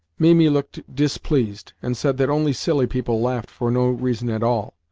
mimi looked displeased, and said that only silly people laughed for no reason at all,